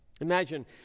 imagine